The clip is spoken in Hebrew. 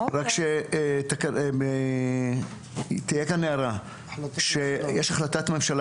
רק שתהיה כאן הערה שיש החלטת ממשלה